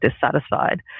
dissatisfied